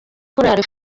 korali